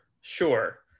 sure